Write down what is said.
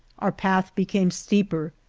our path became steeper,